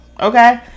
okay